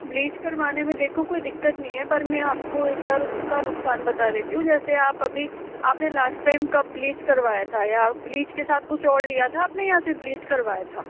bleach करवाने में देखो कोई दिक्कत नहीं है पर मैं आपको एक बार उसका नुकसान बता देती हूँ जैसे आप अभी अपने लास्ट टाइम कब ब्लीच करवाया था या ब्लीच के साथ कुछ और लिया था अपने या सिर्फ ब्लीच करवाया था